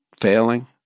failing